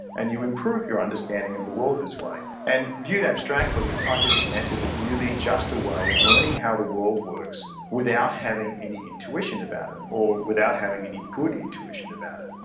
and you improve your understanding of the world this way. and viewed abstractly, the scientific method is really just a way of learning how the world works without having any intuition about it or without having any good intuition about it.